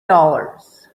dollars